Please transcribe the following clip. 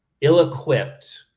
ill-equipped